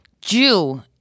Jew